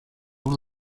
una